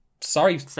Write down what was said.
Sorry